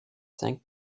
cinq